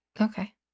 Okay